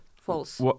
false